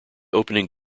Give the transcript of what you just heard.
opening